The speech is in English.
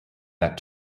that